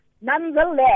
nonetheless